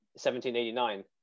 1789